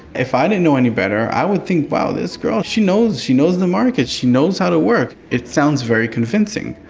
if i didn't know any better i would think, wow, this girl, she knows, she knows the market, she knows how to work, it sounds very convincing,